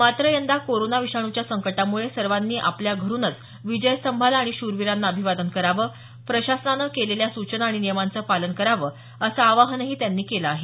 मात्र यंदा कोरोना विषाणूच्या संकटामुळे सर्वांनी आपापल्या घरुनच विजयस्तंभाला आणि शूरवीरांना अभिवादन करावं प्रशासनानं केलेल्या सूचना आणि नियमांचं पालन करावं असं आवाहनही त्यांनी केलं आहे